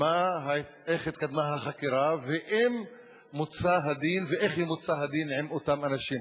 איך התקדמה החקירה ואם מוצה הדין ואיך ימוצה הדין עם אותם אנשים,